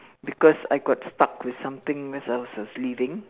because I got stuck with something as I was just leaving